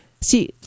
See